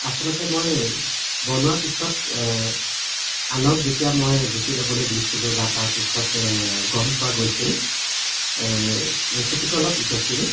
আচলতে মই বনোৱাৰ পিছত আনক যেতিয়া মই জুতি ল'বলৈ দিছিলোঁ বা তাৰ পিছত গম পোৱা গৈছিল ৰেচিপিটো অলপ জটিল